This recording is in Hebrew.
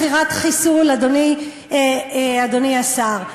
מכירת חיסול, אדוני השר.